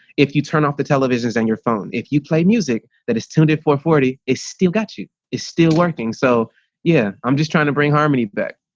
if you turn off the televisions and your phone if you play music that is tuned in for forty is still got you is still working. so yeah, i'm just trying to bring harmony back.